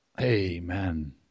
Amen